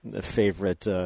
favorite